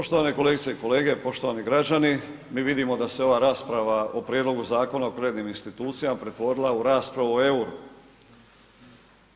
Poštovane kolegice i kolege, poštovani građani, mi vidimo da se ova rasprava o Prijedlogu Zakona o kreditnim institucijama pretvorila o raspravu u EUR-o.